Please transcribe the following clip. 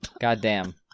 Goddamn